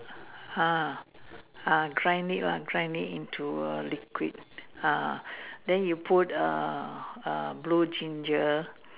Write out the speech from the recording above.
ah ah grind it lah grind it into a liquid ah then you put err blue ginger